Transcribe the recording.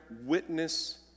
witness